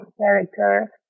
character